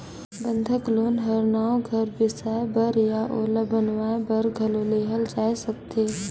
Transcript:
बंधक लोन हर नवा घर बेसाए बर या ओला बनावाये बर घलो लेहल जाय सकथे